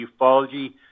ufology